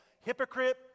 hypocrite